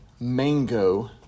Mango